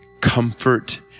comfort